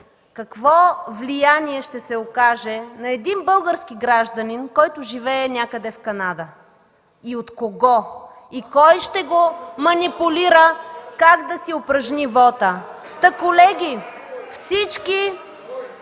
какво влияние ще се окаже на един български гражданин, който живее някъде в Канада и от кого? Кой ще го манипулира как да си упражни вота? (Съскане от